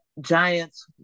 giants